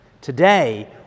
Today